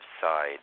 side